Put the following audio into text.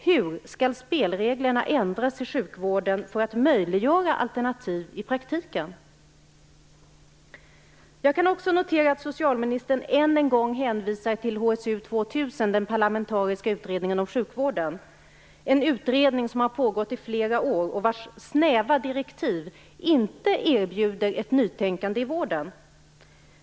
Hur skall spelreglerna i sjukvården ändras för att möjliggöra alternativ i praktiken? Jag kan också notera att socialministern än en gång hänvisar till HSU 2000, den parlamentariska utredningen om sjukvården - en utredning som har pågått i flera år och vars snäva direktiv inte erbjuder ett nytänkande i vården.